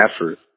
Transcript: effort